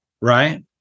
right